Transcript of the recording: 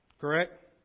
Correct